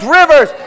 rivers